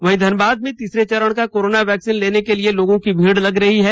इधर धनबाद में तीसरे चरण का कोरोना वैक्सीन लेने के लिए लोगों की भीड़ लग रही है